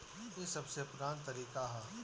ई सबसे पुरान तरीका हअ